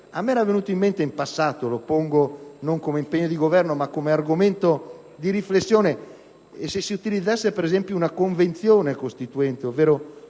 A me era venuta in mente in passato un'ipotesi, che propongo non come impegno del Governo, ma come argomento di riflessione: e se si utilizzasse, ad esempio, una Convenzione costituente, ovvero